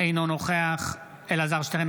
אינו נוכח אלעזר שטרן,